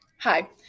Hi